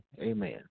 amen